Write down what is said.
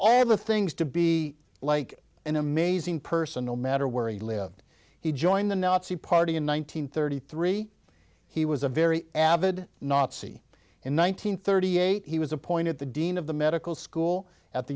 all the things to be like an amazing person no matter where he lived he joined the nazi party in one nine hundred thirty three he was a very avid nazi in one nine hundred thirty eight he was appointed the dean of the medical school at the